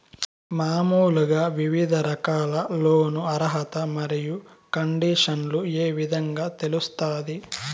మామూలుగా వివిధ రకాల లోను అర్హత మరియు కండిషన్లు ఏ విధంగా తెలుస్తాది?